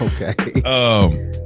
Okay